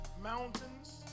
mountains